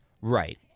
Right